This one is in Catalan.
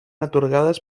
atorgades